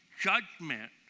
judgment